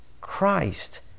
Christ